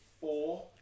four